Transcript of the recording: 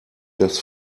das